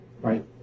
Right